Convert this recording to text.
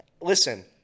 Listen